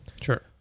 Sure